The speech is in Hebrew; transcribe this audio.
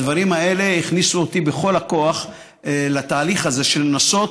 הדברים האלה הכניסו אותי בכל הכוח לתהליך הזה של לנסות